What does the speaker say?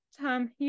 Tom